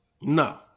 No